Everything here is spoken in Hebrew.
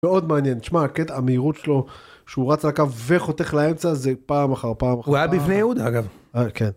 מאוד מעניין, תשמע, הקטע המהירות שלו שהוא רץ על הקו וחותך לאמצע זה פעם אחר פעם אחר פעם. הוא היה בבני יהודה אגב. אה כן.